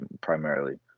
primarily